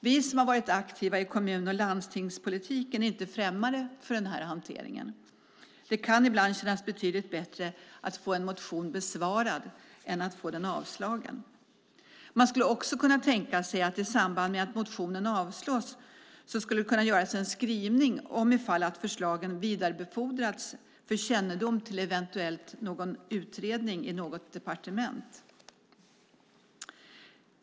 Vi som har varit aktiva i kommun eller landstingspolitiken är inte främmande för denna hantering. Det kan ibland kännas betydligt bättre att få en motion besvarad än att få den avslagen. Man skulle också kunna tänka sig att det i samband med att motionen avslås skulle kunna göras en skrivning om ifall förslagen vidarebefordrats för kännedom till eventuell utredning i något departement.